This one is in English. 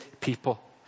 people